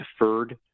deferred